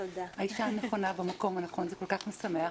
האישה הנכונה במקום הנכון, כל כך משמח.